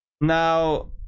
now